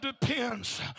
depends